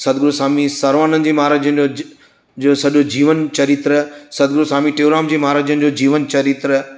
सदगुरु स्वामी सर्वानंद जी महाराजन जो सॼो जीवन चरित्र सद्गुरु स्वामी टेऊंराम महारज जी जो जीवन चरित्र